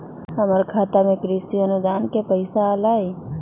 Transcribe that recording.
हमर खाता में कृषि अनुदान के पैसा अलई?